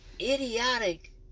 idiotic